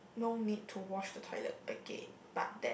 no need to wash the toilet again but that